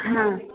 हां